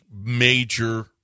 major